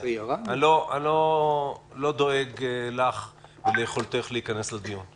אני לא דואג לך וליכולתך להיכנס לדיון.